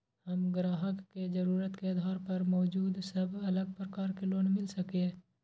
हम ग्राहक के जरुरत के आधार पर मौजूद सब अलग प्रकार के लोन मिल सकये?